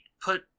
put